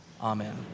Amen